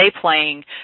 playing